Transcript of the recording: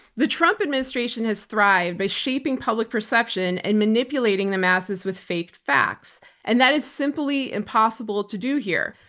the trump administration has thrived by shaping public perception and manipulating the masses with fake facts and that is simply impossible to do here.